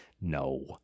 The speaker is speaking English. No